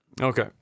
Okay